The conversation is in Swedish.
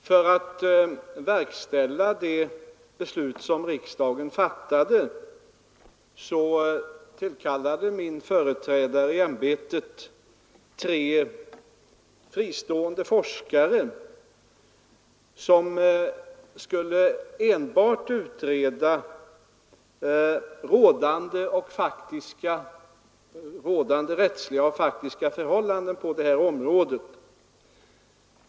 Herr talman! För att verkställa det beslut som riksdagen fattat tillkallade min företrädare i ämbetet tre fristående forskare som enbart skulle utreda rådande rättsliga och faktiska förhållanden på detta område.